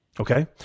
Okay